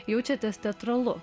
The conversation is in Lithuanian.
jaučiatės teatralu